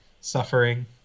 Suffering